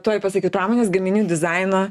tuoj pasakysiu pramonės gaminių dizaino